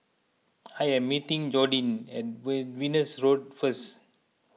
I am meeting Jordin at Venus Road first